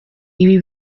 ibi